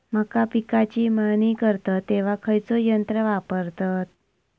मका पिकाची मळणी करतत तेव्हा खैयचो यंत्र वापरतत?